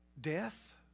Death